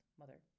mother